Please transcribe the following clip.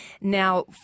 Now